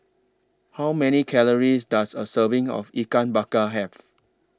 How Many Calories Does A Serving of Ikan Bakar Have